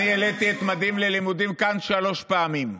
אני העליתי את ממדים ללימודים כאן שלוש פעמים,